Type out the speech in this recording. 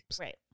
Right